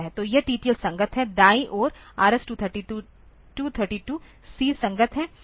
तो यह TTL संगत है दाईं ओर RS232 C संगत है